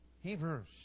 Hebrews